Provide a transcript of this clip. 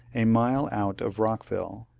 a mile out of bockville.